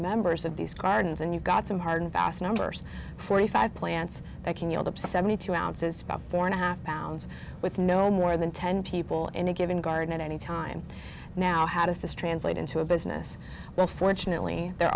members of these gardens and you've got some hard vast numbers forty five plants that can yield up seventy two ounces about four and a half pounds with no more than ten people in a given garden at any time now how does this translate into a business well fortunately there